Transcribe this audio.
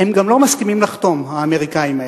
הם גם לא מסכימים לחתום, האמריקנים האלה.